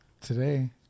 today